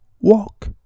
walk